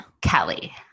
Kelly